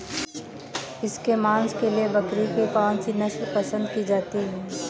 इसके मांस के लिए बकरी की कौन सी नस्ल पसंद की जाती है?